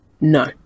No